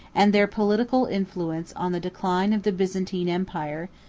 and their political influence on the decline of the byzantine empire,